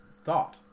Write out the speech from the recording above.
thought